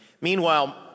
Meanwhile